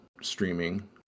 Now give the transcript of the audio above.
streaming